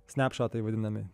snapšotai vadinami